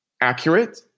accurate